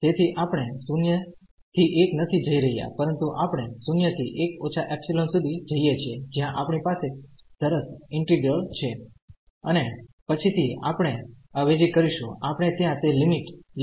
તેથી આપણે 0 ¿1 નથી જઈ રહ્યાં પરંતુ આપણે 0 થી 1 −ϵ સુધી જઈએ છીએ જ્યાં આપણી પાસે સરસ ઈન્ટિગ્રલ છે અને પછીથી આપણે અવેજી કરીશું આપણે ત્યાં તે લિમિટ લઈશું